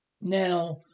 Now